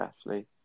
Ashley